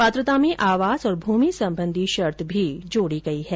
पात्रता में आवास और भूमि संबंधी शर्त भी जोडी गई है